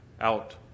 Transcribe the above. Out